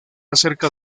acerca